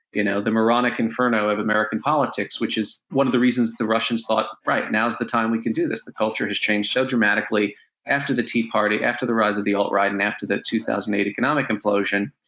you know, the moronic inferno of american politics, which is one of the reasons the russians thought, right now's the time we can do this. the culture is changing so dramatically after the tea party, after the rise of the alt-right, and after the two thousand and eight economic implosion.